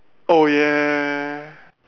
oh ya